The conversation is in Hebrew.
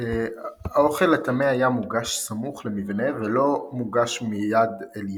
האוכל לטמא היה מוגש סמוך למבנה ולא מוגש מיד אל יד.